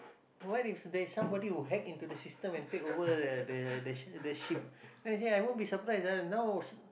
what if there's somebody who hack into the system and take over the the the the ship I say I won't be surprise ah now